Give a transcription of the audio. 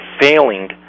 failing